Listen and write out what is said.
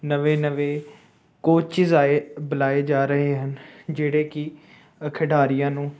ਨਵੇਂ ਨਵੇਂ ਕੋਚਿਜ ਆਏ ਬੁਲਾਏ ਜਾ ਰਹੇ ਹਨ ਜਿਹੜੇ ਕਿ ਖਿਡਾਰੀਆਂ ਨੂੰ